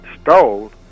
stole